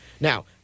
Now